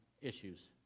issues